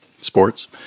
sports